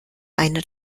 einer